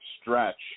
stretch